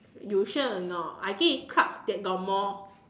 you sure or not I think it's clubs that got more